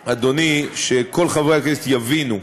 אדוני, שכל חברי הכנסת יבינו: